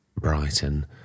Brighton